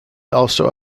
also